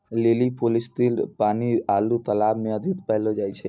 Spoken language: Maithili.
लीली फूल स्थिर पानी आरु तालाब मे अधिक पैलो जाय छै